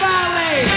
Valley